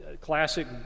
Classic